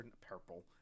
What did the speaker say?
purple